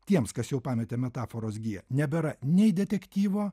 tiems kas jau pametė metaforos giją nebėra nei detektyvo